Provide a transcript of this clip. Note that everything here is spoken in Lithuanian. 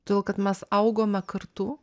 todėl kad mes augome kartu